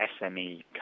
SME